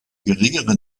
geringere